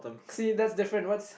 see that's different what's